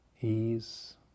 ease